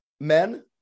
men